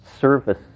service